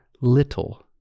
little